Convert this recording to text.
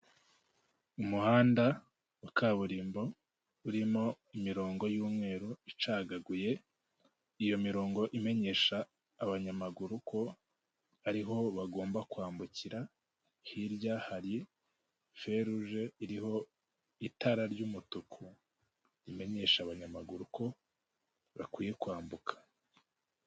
Umuhanda wa kaburimbo urimo imirongo y'umweru icagaguye, iyo mirongo imenyesha abanyamaguru ko ariho bagomba kwambukira, hirya hari feruje iriho itara ry'umutuku, imenyesha abanyamaguru ko bakwiye kwambuka.